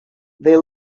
they